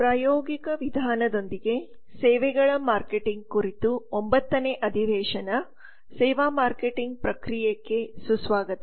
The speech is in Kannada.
ಪ್ರಾಯೋಗಿಕ ವಿಧಾನದೊಂದಿಗೆ ಸೇವೆಗಳ ಮಾರ್ಕೆಟಿಂಗ್ ಕುರಿತು ಒಂಬತ್ತನೇ ಅಧಿವೇಶನಕ್ಕೆ ಸುಸ್ವಾಗತ